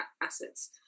assets